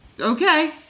Okay